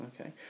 Okay